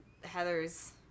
Heather's